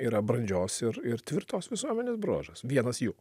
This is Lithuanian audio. yra brandžios ir ir tvirtos visuomenės bruožas vienas jų